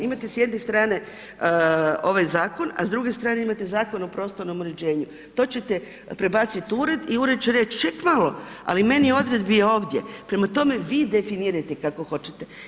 Imate s jedne strane ovaj zakon, a s druge strane imate Zakon o prostornom uređenju, to ćete prebaciti u ured i ured će reći, ček malo ali meni u odredbi je ovdje, prema tome vi definirajte kako hoćete.